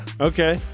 Okay